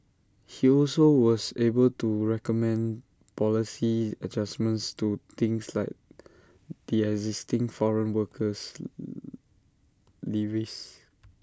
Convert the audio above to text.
he also was able to recommend policy adjustments to things like the existing foreign worker levies